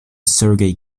sergey